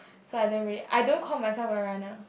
so I don't really I don't call myself a runner